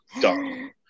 dumb